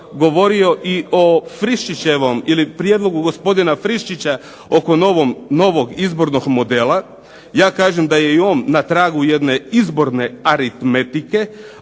govorio i o Friščićevom, ili prijedlogu gospodina Friščića oko novog izbornog modela, ja kažem da je i on na tragu jedne izborne aritmetike,